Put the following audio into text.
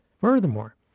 Furthermore